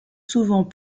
souvent